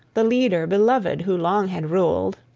the leader beloved who long had ruled.